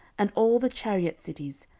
and all the chariot cities,